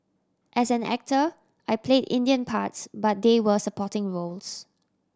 as an actor I played Indian parts but they were supporting roles